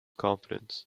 confidence